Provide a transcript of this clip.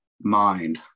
mind